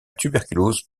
tuberculose